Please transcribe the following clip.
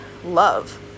love